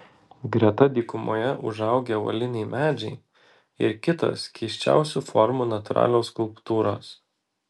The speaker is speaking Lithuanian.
greta dykumoje užaugę uoliniai medžiai ir kitos keisčiausių formų natūralios skulptūros